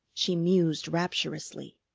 she mused rapturously.